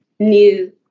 new